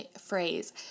phrase